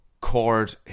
chord